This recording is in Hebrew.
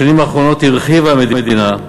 בשנים האחרונות הרחיבה המדינה,